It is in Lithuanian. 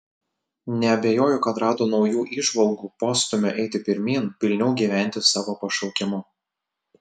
neabejoju kad rado naujų įžvalgų postūmio eiti pirmyn pilniau gyventi savo pašaukimu